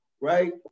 right